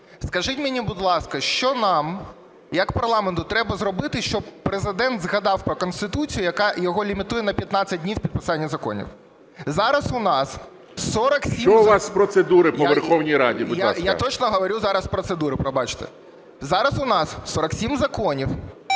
Скажіть мені, будь ласка, що нам як парламенту треба зробити, щоб Президент згадав про Конституцію, яка його лімітує на 15 днів підписання законів? Зараз у нас 47... ГОЛОВУЮЧИЙ. Що у вас з процедури по Верховній Раді, будь ласка. ЖЕЛЕЗНЯК Я.І. Я точно говорю зараз з процедури, пробачте. Зараз у нас 47 законів,